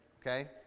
Okay